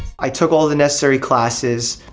i took all the necessary classes,